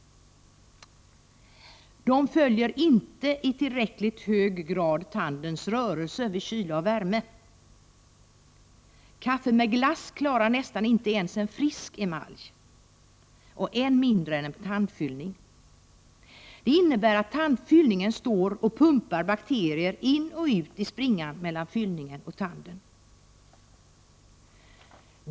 De följer inte i tillräcklig grad tandens rörelser vid kyla och värme. Kaffe med glass klarar nästan inte ens en frisk emalj av, än mindre en plastfyllning. Det innebär att tandfyllningen pumpar bakterier in och ut genom springan mot tanden.